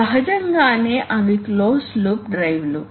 pneumatic motors యొక్క విలక్షణమైన torque speed characteristics